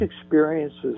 experiences